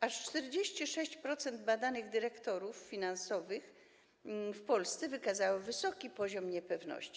Aż 46% badanych dyrektorów finansowych w Polsce wykazało wysoki poziom niepewności.